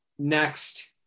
Next